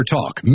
Talk